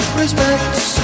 respects